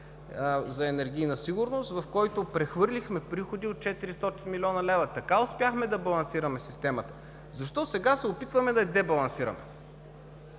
за енергийна сигурност, в който прехвърлихме приходи от 400 млн. лв. Така успяхме да балансираме системата. Защо сега се опитваме да я дебалансираме?